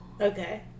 Okay